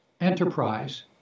enterprise